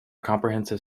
comprehensive